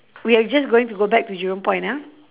we are just going to go back to jurong point ah